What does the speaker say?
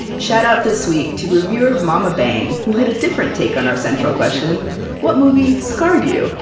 shout-out this week to reviewer mommabang who had a different take on our central question what movie scarred you?